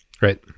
Right